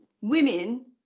women